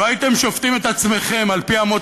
לו הייתם שופטים את עצמכם על-פי אמות